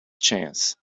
chance